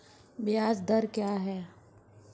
ब्याज दर क्या है?